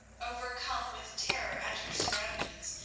overcome with terror at her surroundings,